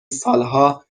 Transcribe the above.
سالها